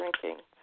drinking